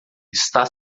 está